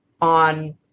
on